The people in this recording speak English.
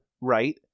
right